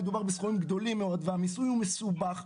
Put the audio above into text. מדובר בסכומים גדולים מאוד והמיסוי הוא מסובך.